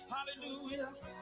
Hallelujah